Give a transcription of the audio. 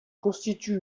constitue